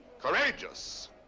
courageous